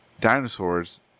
dinosaurs